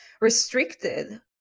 restricted